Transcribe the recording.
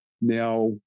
now